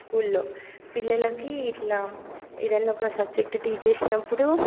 స్కూల్లో పిల్లలకి ఇట్లా ఏదైనా ఒక సబ్జెక్ట టీచ్ చేసినపుడు